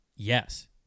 Yes